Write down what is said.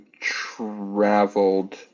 traveled